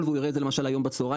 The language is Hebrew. והוא יראה את זה למשל היום בצהריים,